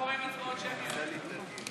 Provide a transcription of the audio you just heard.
הכנסת יצחק